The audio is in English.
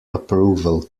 approval